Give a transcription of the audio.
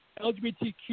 LGBTQ